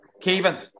Kevin